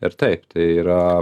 ir taip tai yra